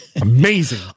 Amazing